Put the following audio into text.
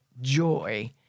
joy